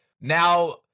now